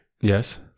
Yes